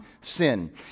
sin